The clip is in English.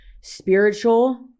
spiritual